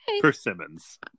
persimmons